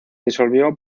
disolvió